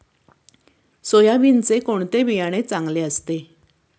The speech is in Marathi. सोयाबीनचे कोणते बियाणे चांगले असते?